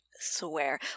swear